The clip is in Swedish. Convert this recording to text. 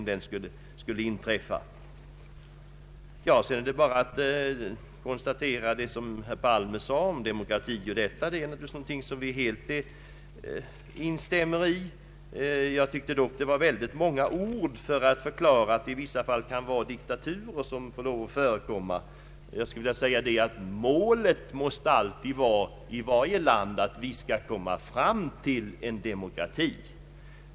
Vad herr Palme sade om demokrati är naturligtvis något som vi helt instämmer i. Jag tyckte dock att statsministern använde väldigt många ord för att förklara att diktaturer i vissa fall kan få lov att förekomma. Jag vill framhålla att målet i varje land alltid måste vara att komma fram till en demokrati.